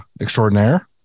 extraordinaire